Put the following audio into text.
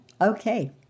okay